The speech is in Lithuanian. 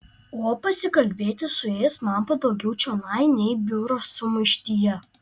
o pasikalbėti su jais man patogiau čionai nei biuro sumaištyje